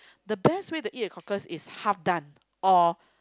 the best way to eat a cockles is half done or